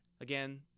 Again